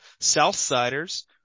Southsiders